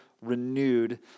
renewed